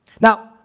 Now